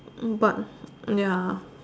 but ya